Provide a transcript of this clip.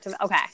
Okay